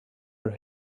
her